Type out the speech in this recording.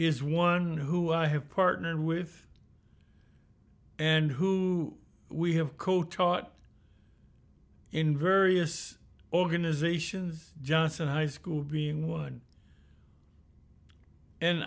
is one who i have partnered with and who we have coach taught in various organizations johnson high school being one and